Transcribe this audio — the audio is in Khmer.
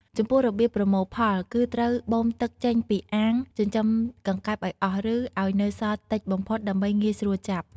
ចំពោះរបៀបប្រមូលផល គឺត្រូវបូមទឹកចេញពីអាងចិញ្ចឹមកង្កែបឲ្យអស់ ឬឲ្យនៅសល់តិចបំផុតដើម្បីងាយស្រួលចាប់។